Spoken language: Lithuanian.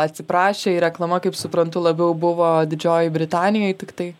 atsiprašė ir reklama kaip suprantu labiau buvo didžiojoj britanijoj tik tai